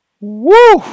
Woo